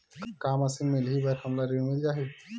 का मशीन मिलही बर हमला ऋण मिल जाही?